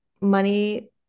money